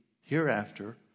hereafter